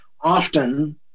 often